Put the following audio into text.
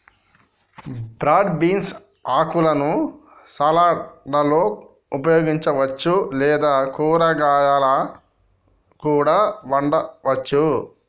broad beans ఆకులను సలాడ్లలో ఉపయోగించవచ్చు లేదా కూరగాయాలా కూడా వండవచ్చు